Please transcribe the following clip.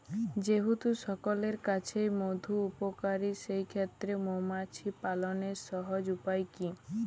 যেহেতু সকলের কাছেই মধু উপকারী সেই ক্ষেত্রে মৌমাছি পালনের সহজ উপায় কি?